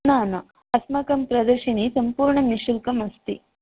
न न अस्माकं प्रदर्शिनी सम्पूर्णं निश्शुल्कम् अस्ति